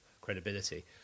credibility